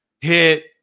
Hit